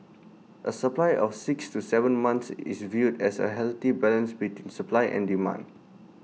A supply of six to Seven months is viewed as A healthy balance between supply and demand